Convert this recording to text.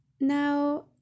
now